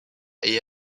est